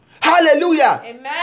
Hallelujah